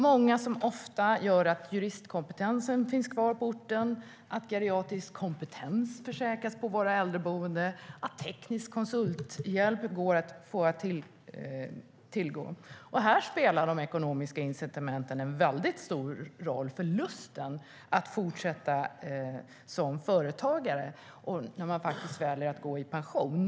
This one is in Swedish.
Ofta gör dessa att juristkompetensen finns kvar på orten, att geriatrisk kompetens försäkras på våra äldreboenden eller att teknisk konsulthjälp finns att tillgå. De ekonomiska incitamenten spelar en väldigt stor roll för lusten att fortsätta som företagare när man väljer att gå i pension.